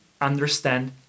understand